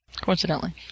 Coincidentally